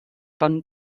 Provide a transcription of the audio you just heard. von